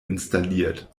installiert